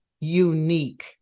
unique